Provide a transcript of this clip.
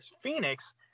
Phoenix